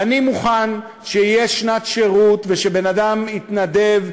אני מוכנה שתהיה שנת שירות ושבן-אדם יתנדב,